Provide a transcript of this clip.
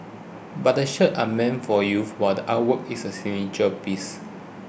but the shirts are meant for youth while the artwork is a signature piece